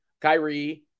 Kyrie